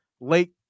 Late